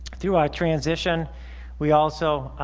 through our transition we also